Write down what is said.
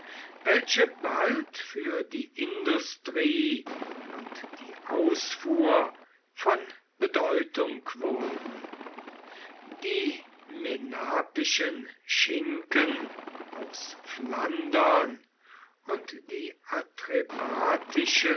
welche bald für die industrie und die ausfuhr von bedeutung wurden die menapischen schinken aus flandern und die